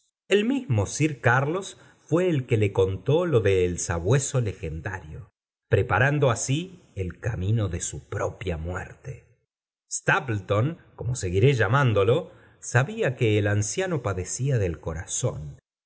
el mismo sir carlos fué el que le contó lo del sabueso legendario preparando así el camino do su propia muerte stapleton como seguiré llamándolo sabía que el anciano padecía del corazón